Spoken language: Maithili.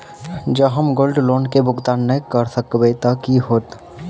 जँ हम गोल्ड लोन केँ भुगतान न करऽ सकबै तऽ की होत?